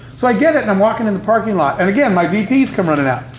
so i get it, and i'm walking in the parking lot, and, again, my vp's come running out.